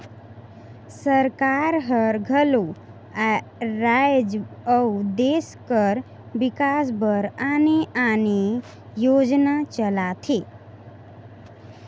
सरकार हर घलो राएज अउ देस कर बिकास बर आने आने योजना चलाथे